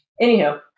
anyhow